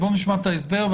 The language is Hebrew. נשמע את ההסבר,